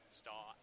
star